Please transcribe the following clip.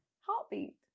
Heartbeat